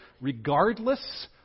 regardless